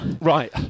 Right